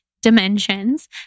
dimensions